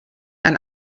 ein